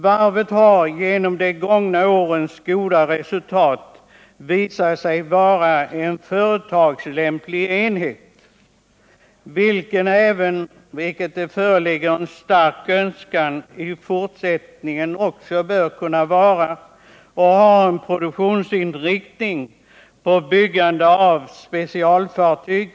Varvet har genom de gångna årens goda resultat visat sig vara en företagsmässigt lämplig enhet, vilken även i fortsättningen bör ha en produktionsinriktning på byggande av specialfartyg.